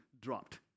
dropped